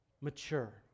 mature